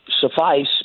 suffice